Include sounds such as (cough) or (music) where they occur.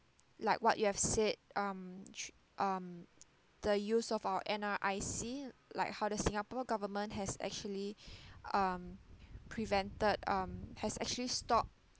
like what you have said um thro~ um the use of our N_R_I_C like how the singapore government has actually (breath) um prevented um has actually stopped